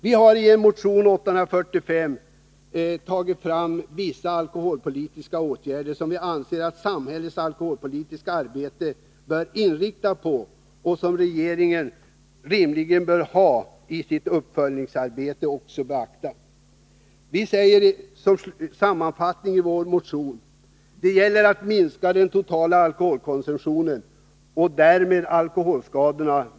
Vi har i motion 845 tagit fram vissa alkoholpolitiska åtgärder, som vi anser att samhällets alkoholpolitiska arbete bör inriktas på och som regeringen rimligen i sitt uppföljningsarbete bör beakta. Vi säger som sammanfattning i vår motion att det gäller att minska den totala alkoholkonsumtionen och därmed alkoholskadorna.